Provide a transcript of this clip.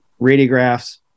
radiographs